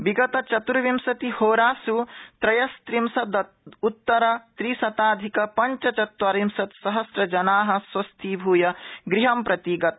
विगत चत्र्विंशतिहोरास् त्रयस्निशदृत्तर त्रिशताधिक पंचचत्वारिशत् सहम्रजना स्वस्थीभूय गृहं प्रति गता